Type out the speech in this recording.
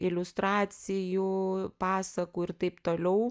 iliustracijų pasakų ir taip toliau